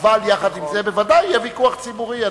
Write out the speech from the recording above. עם זה, ודאי שיהיה ויכוח ציבורי.